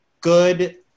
good